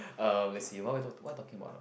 uh let's see what are we talk what we talking about